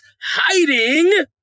hiding